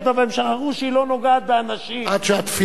עד שהתפילות לקדוש-ברוך-הוא נענו,